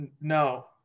No